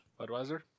Budweiser